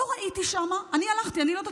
לא ראיתי שם, אני הלכתי, אני לא דתייה,